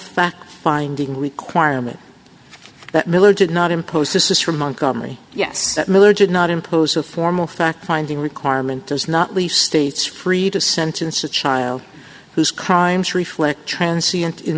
fact finding requirement that militant not impose this is for montgomery yes that miller did not impose a formal fact finding requirement does not leave states free to sentence a child whose crimes reflect transients in